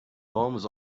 palms